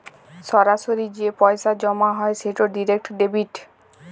সরাসরি যে পইসা জমা হ্যয় সেট ডিরেক্ট ডেবিট